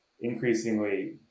increasingly